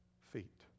feet